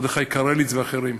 מרדכי קרליץ ואחרים,